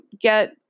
get